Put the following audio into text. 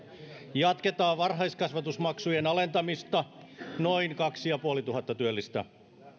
jatketaan varhaiskasvatusmaksujen alentamista noin kaksituhattaviisisataa työllistä